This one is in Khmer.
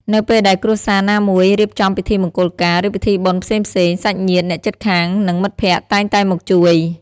នៅពេលដែលគ្រួសារណាមួយរៀបចំពិធីមង្គលការ ឬពិធីបុណ្យផ្សេងៗ សាច់ញាតិ អ្នកជិតខាង និងមិត្តភក្តិតែងតែមកជួយ។